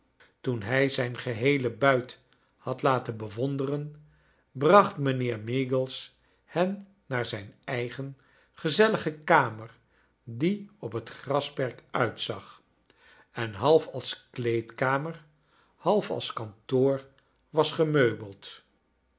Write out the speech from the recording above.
toen hij zijn geheele buit had laten bewonderen bracht mijnheer meagles hen naar zijn eigen gezellige kamer die op het grasperk uiizag en half als kleedkamer half als kantoor was gemeubeld